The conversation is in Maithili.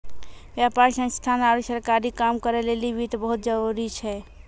व्यापार संस्थान आरु सरकारी काम करै लेली वित्त बहुत जरुरी छै